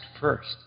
first